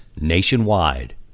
nationwide